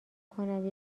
کنم